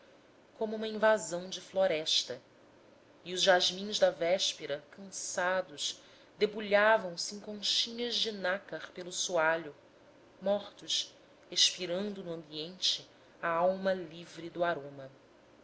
como uma invasão de floresta e os jasmins da véspera cansados debulhavam se conchinhas de nácar pelo soalho mortos expirando no ambiente a alma livre do aroma